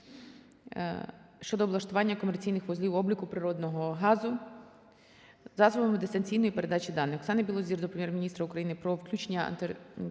щодо облаштування комерційних вузлів обліку природного газу засобами дистанційної передачі даних. Оксани Білозір до Прем'єр-міністра України про включення Антитерористичної